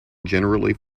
generally